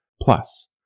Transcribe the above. Plus